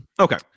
Okay